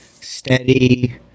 Steady